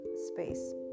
space